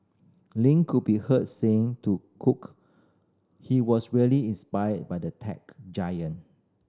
Lin could be heard saying to Cook he was really inspired by the tech giant